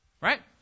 right